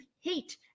hate